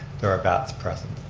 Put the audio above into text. there are bats present.